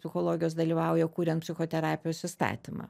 psichologijos dalyvauja kuriant psichoterapijos įstatymą